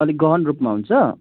अलिक गहन रूपमा हुन्छ